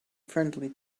friendly